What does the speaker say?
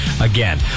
again